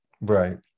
right